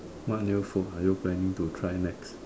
what new food are you planning to try next